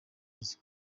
mazu